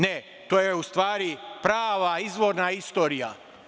Ne, to je u stvari prava izvorna istorija.